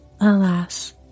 Alas